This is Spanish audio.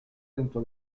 dentro